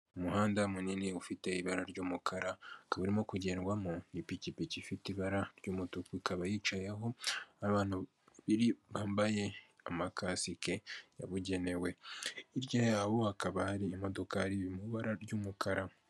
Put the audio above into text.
Umuhanda munini ufite ibara ry'umukara, ukaba urimo kugendwamo n'ipikipiki ifite ibara ry'umutuku, ikaba yicaye aho abantu babiri bambaye amakasike yabugenewe, hirya hakaba hari imodoka iri mu ibara ry'umukara.